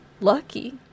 lucky